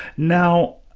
now,